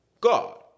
God